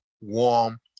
warm